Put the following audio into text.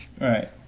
Right